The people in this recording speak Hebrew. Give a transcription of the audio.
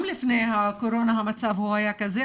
גם לפני הקורונה המצב היה כזה,